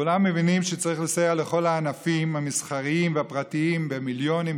כולם מבינים שצריך לסייע לכל הענפים המסחריים והפרטיים במיליונים,